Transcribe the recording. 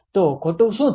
તો ખોટું શું છે